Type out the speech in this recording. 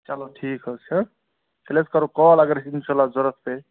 چلو ٹھیٖک حظ چھِ تیٚلہِ حظ کرو کال اگر اَسہِ اِنشاء اللہ ضوٚرَتھ پیٚیہِ